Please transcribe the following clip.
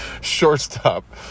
shortstop